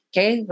Okay